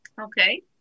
okay